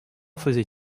faisait